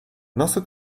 nasse